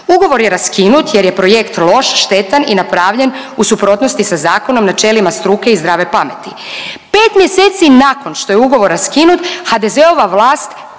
Ugovor je raskinut jer je projekt loš, štetan i napravljen u suprotnosti sa zakonom, načelima struke i zdrave pameti. 5 mjeseci nakon što je ugovor raskinut HDZ-ova vlast